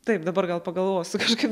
taip dabar gal pagalvosiu kažkaip